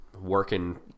working